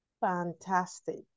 Fantastic